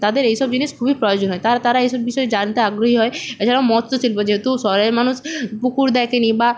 তাদের এই সব জিনিস খুবই প্রয়োজন হয় তারা এই সব বিষয় জানতে আগ্রহী হয় এছাড়াও মৎস্য শিল্প যেহেতু শহরের মানুষ পুকুর দেখেনি বা